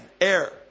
Air